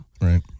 Right